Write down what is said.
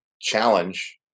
challenge